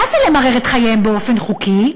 מה זה למרר את חייהם באופן חוקי,